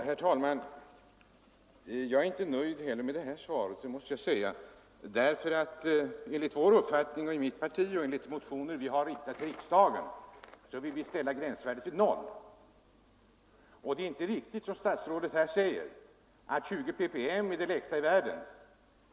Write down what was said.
Herr talman! Jag är inte nöjd med det här svaret heller, det måste jag säga. Enligt mitt partis uppfattning och enligt motioner vi har väckt i riksdagen bör gränsvärdet sättas till O ppm. Det är inte riktigt, som statsrådet säger, att 20 ppm är det lägsta i världen.